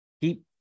keep